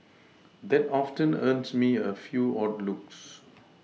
that often earns me a few odd looks